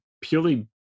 purely